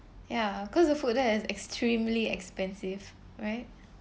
ya because the food there is extremely expensive right